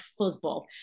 fuzzball